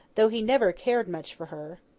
though he never cared much for her.